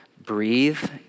breathe